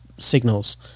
signals